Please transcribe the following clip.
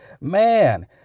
man